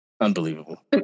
Unbelievable